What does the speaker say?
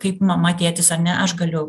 kaip mama tėtis ar ne aš galiu